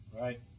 Right